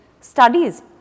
studies